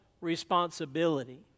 responsibility